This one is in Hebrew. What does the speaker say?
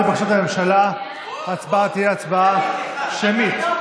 על פי בקשת הממשלה ההצעה תהיה הצבעה שמית.